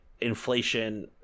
inflation